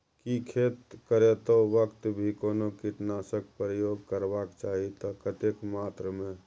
की खेत करैतो वक्त भी कोनो कीटनासक प्रयोग करबाक चाही त कतेक मात्रा में?